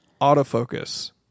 Autofocus